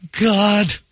God